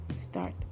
start